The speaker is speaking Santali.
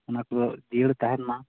ᱚᱱᱟ ᱠᱚᱫᱚ ᱡᱤᱭᱟᱹᱲ ᱛᱟᱦᱮᱱ ᱢᱟ